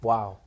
Wow